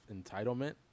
entitlement